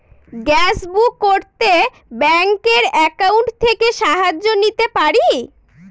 Gas book করতে ব্যাংকের account থেকে সাহায্য নিতে পারি?